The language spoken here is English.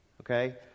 okay